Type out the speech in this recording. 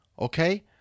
Okay